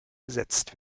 besetzt